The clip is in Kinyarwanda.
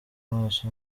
maso